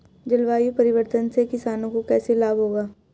जलवायु परिवर्तन से किसानों को कैसे लाभ होगा?